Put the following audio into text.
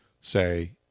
say